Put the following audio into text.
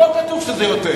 כבר פה כתוב שזה יותר.